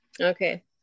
Okay